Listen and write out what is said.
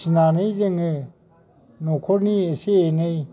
फिनानै जोङो न'खरनि एसे एनै